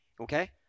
okay